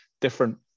Different